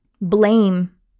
blame